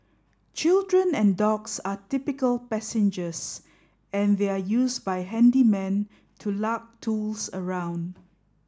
children and dogs are typical passengers and they're used by handymen to lug tools around